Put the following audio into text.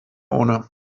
ohne